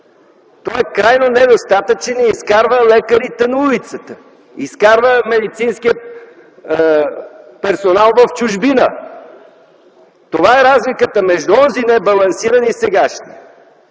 е крайно недостатъчен и изкарва лекарите на улицата, изкарва медицинския персонал в чужбина. Това е разликата между онзи небалансиран бюджет